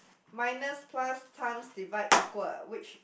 minus plus times divide equal which